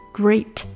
great